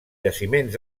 jaciments